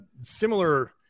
similar –